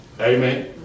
Amen